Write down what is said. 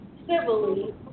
civilly